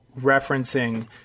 referencing